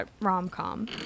rom-com